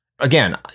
Again